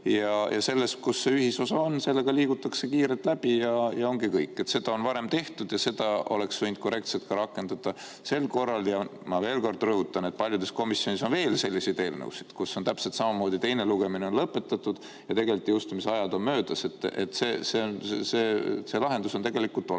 ja sellega, kus see ühisosa on, liigutakse kiirelt läbi, ja ongi kõik. Seda on varem tehtud ja seda oleks võinud korrektselt rakendada ka sel korral. Ma veel kord rõhutan, et paljudes komisjonides on veel selliseid eelnõusid, millega on täpselt samamoodi: teine lugemine on lõpetatud ja tegelikult jõustumisajad on möödas. See lahendus on tegelikult